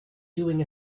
doing